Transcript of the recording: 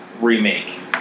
Remake